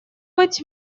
быть